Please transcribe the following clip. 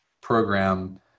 program